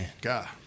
God